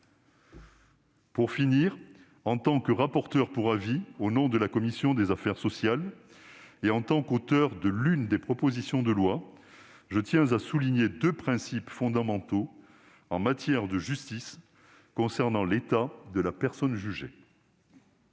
Pour finir, en tant que rapporteur pour avis de la commission des affaires sociales, et en tant qu'auteur de l'une des deux propositions de loi, je tiens à souligner deux principes fondamentaux en matière de justice concernant l'état de la personne jugée.